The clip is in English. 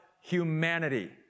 humanity